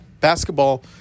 basketball